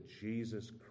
jesus